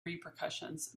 repercussions